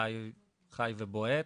חי ובועט.